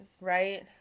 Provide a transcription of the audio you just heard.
right